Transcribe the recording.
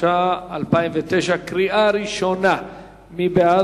התש"ע 2009. ההצעה להעביר את הצעת חוק לעידוד השקעות הון (תיקון מס' 67)